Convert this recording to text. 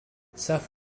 self